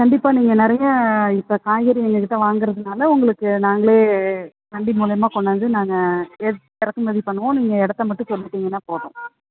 கண்டிப்பாக நீங்கள் நிறைய இப்போகாய்கறி எங்கக்கிட்ட வாங்ககிறதுனால உங்களுக்கு நாங்களே வண்டி மூலிமா கொண்டு வந்து நாங்கள் எடுத் இறக்குமதி பண்ணுவோம் நீங்கள் இடத்த மட்டும் சொல்லிட்டீங்கன்னா போதும்